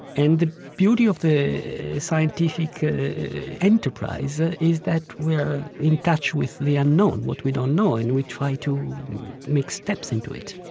and the beauty of the scientific ah enterprise ah is that we are in touch with the unknown, what we don't know, and we try to make steps into it.